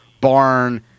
barn